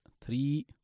three